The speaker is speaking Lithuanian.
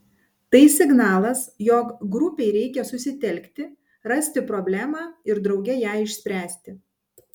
tai signalas jog grupei reikia susitelkti rasti problemą ir drauge ją išspręsti